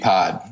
Pod